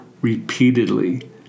repeatedly